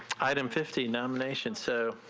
item fifty nomination so.